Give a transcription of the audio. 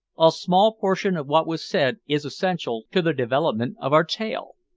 a small portion of what was said is essential to the development of our tale.